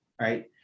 right